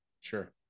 Sure